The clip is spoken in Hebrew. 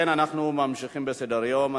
אנחנו ממשיכים בסדר-היום.